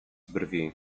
brwi